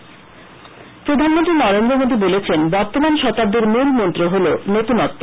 প্রধানমন্ত্রী প্রধানমন্ত্রী নরেন্দ্র মোদী বলেছেন বর্তমান শতাদীর মৃল মন্ত্র হল নতুনত্ব